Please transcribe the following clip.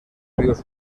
rius